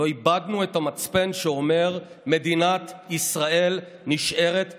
לא איבדנו את המצפן שאומר: מדינת ישראל נשארת פתוחה.